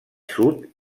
sud